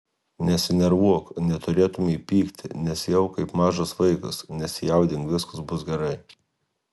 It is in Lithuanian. nesinervuok neturėtumei pykti nesielk kaip mažas vaikas nesijaudink viskas bus gerai